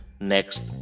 next